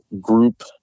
group